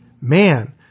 man